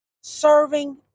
serving